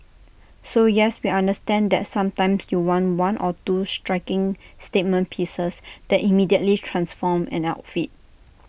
so yes we understand that sometimes you want one or two striking statement pieces that immediately transform an outfit